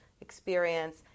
experience